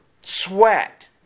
Sweat